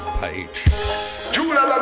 page